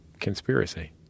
conspiracy